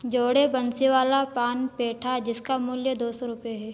जोड़ें बंसीवाला पान पेठा जिसका मूल्य दो सौ रुपये है